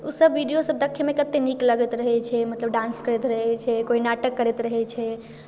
ओसभ वीडियोसभ देखैमे कतेक नीक लागैत रहै छै मतलब डांस करैत रहै छै कोइ नाटक करैत रहै छै